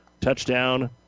touchdown